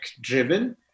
driven